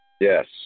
Yes